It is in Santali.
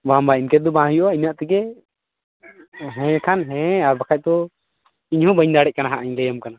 ᱵᱟᱝ ᱵᱟᱝ ᱤᱱᱠᱟᱹ ᱛᱮᱫᱚ ᱵᱟᱝ ᱦᱩᱭᱩᱜᱼᱟ ᱤᱱᱟᱹᱜ ᱛᱮᱜᱮ ᱦᱮᱸ ᱠᱷᱟᱱ ᱦᱮᱸ ᱟᱨ ᱵᱟᱠᱷᱟᱡ ᱫᱚ ᱤᱧᱦᱚᱸ ᱵᱟᱹᱧ ᱫᱟᱲᱮᱜ ᱠᱟᱱᱟ ᱦᱟᱜ ᱤᱧ ᱞᱟᱹᱭᱟᱢ ᱠᱟᱱᱟ